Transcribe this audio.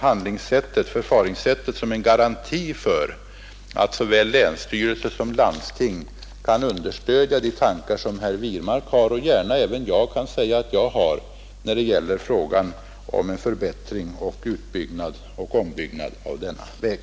Jag tar detta förfaringssätt som en garanti för att såväl länsstyrelse som landsting kommer att beakta de synpunkter som herr Wirmark har fört fram — och som jag delar — på frågan om en förbättring, utbyggnad och ombyggnad av denna väg.